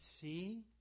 see